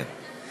כן.